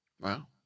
Wow